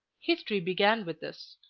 history began with us.